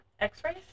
x-rays